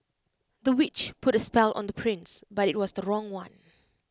the witch put A spell on the prince but IT was the wrong one